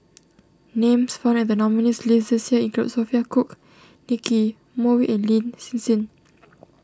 names found in the nominees' list this year include Sophia Cooke Nicky Moey and Lin Hsin Hsin